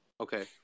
Okay